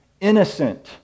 innocent